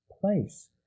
place